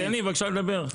תן לי בבקשה לדבר.